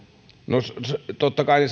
no totta kai